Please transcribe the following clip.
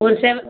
ஒரு செவன்